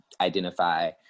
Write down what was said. identify